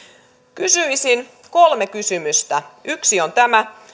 kysyisin kolme kysymystä ensimmäinen on tämä